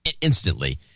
instantly